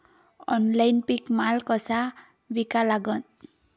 Online पीक माल कसा विका लागन?